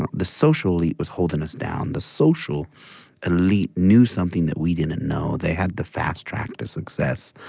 and the social elite was holding us down. the social elite knew something that we didn't know. they had the fast track to success.